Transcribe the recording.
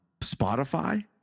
Spotify